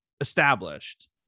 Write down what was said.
established